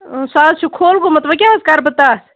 سُہ حظ چھِ کھوٚل گومُت وۄنۍ کیٛاہ حظ کَرٕ بہٕ تَتھ